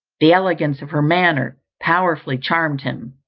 the elegance of her manner, powerfully charmed him